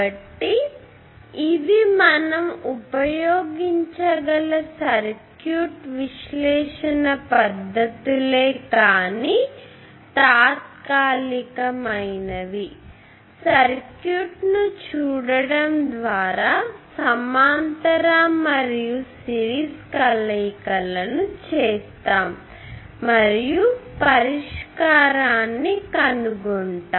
కాబట్టి ఇవి మనం ఉపయోగించగల సర్క్యూట్ విశ్లేషణ పద్ధతులే కానీ ఇవి తాత్కాలికమైనవి సర్క్యూట్ను చూడటం ద్వారా సమాంతర మరియు సిరీస్ కలయికలను చేస్తాము మరియు పరిష్కారాన్ని కనుగొంటాము